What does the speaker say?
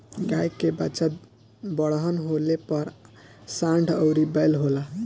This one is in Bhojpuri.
गाय के बच्चा बड़हन होले पर सांड अउरी बैल होला